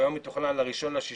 הוא היה מתוכנן ל-1.6.